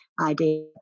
idea